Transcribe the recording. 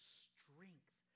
strength